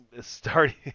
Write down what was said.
Starting